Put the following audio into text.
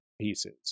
pieces